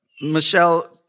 Michelle